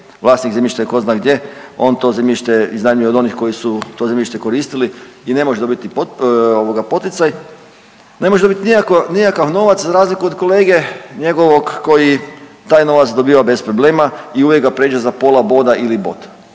Vlasnik zemljišta je tko zna gdje. On to zemljište iznajmljuje od onih koji su to zemljište koristili i ne može dobiti poticaj. Ne može dobiti nikakav novac za razliku od kolege njegovog koji taj novac dobiva bez problema i uvijek ga prijeđe za pola boda ili bod.